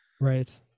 Right